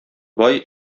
бай